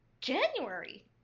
January